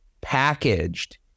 packaged